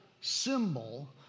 symbol